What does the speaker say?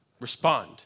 respond